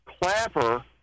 Clapper